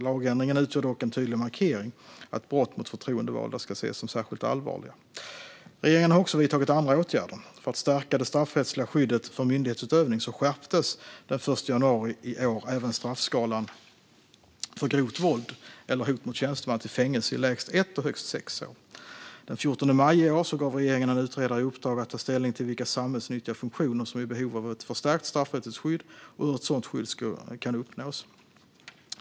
Lagändringen utgör dock en tydlig markering att brott mot förtroendevalda ska ses som särskilt allvarliga. Regeringen har också vidtagit andra åtgärder. För att stärka det straffrättsliga skyddet för myndighetsutövning skärptes den 1 januari i år även straffskalan för grovt våld eller hot mot tjänsteman till fängelse i lägst ett och högst sex år. Den 14 maj i år gav regeringen en utredare i uppdrag att ta ställning till vilka samhällsnyttiga funktioner som är i behov av ett förstärkt straffrättsligt skydd och hur ett sådant skydd kan uppnås.